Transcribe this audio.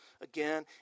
again